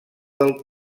del